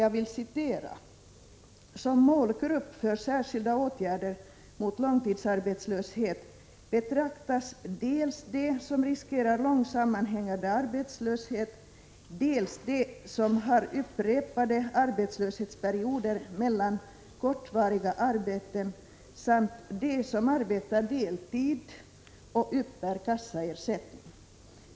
Jag vill citera ur skrivelsen från AMS: ”Som målgrupp för särskilda åtgärder mot långtidsarbetslöshet betraktas dels de som riskerar lång sammanhängande arbetslöshet, dels de som har upprepade arbetslöshetsperioder mellan kortvariga arbeten samt de som arbetar deltid och uppbär kassaersättning.